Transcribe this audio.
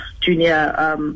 junior